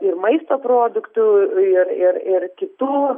ir maisto produktų ir ir ir kitų